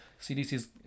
CDC's